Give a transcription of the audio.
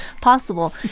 possible